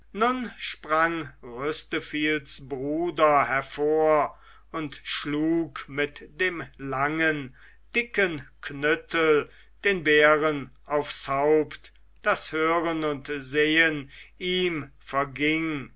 sprang rüsteviels bruder hervor und schlug mit dem langen dicken knüttel den bären aufs haupt daß hören und sehen ihm verging